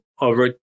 over